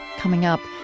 coming up,